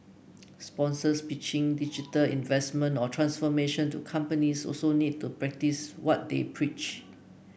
sponsors pitching digital investment or transformation to companies also need to practice what they preach